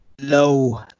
low